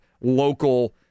local